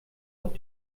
auf